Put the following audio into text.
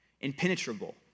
impenetrable